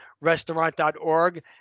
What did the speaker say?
restaurant.org